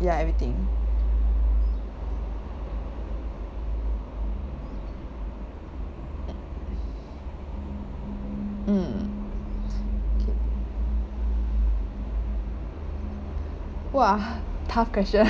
ya everything mm !wah! tough question